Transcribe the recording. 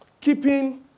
keeping